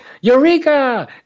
Eureka